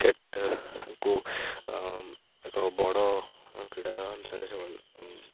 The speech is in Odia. କ୍ରିକେଟ୍କୁ ଏକ ବଡ଼ କ୍ରୀଡ଼ା ଅନୁସାରେ ସେମାନେ